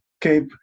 Cape